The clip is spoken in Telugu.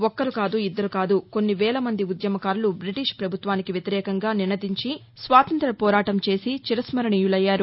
ఒక్కరు కాదు ఇద్దరు కాదు కొన్ని వేల మంది ఉద్యమకారులు బ్రిటిష్ ప్రభుత్వానికి వ్యతిరేకంగా నినదించి స్వాతంత్రత్య పోరాటం చేసి చిరస్మరణీయులయ్యారు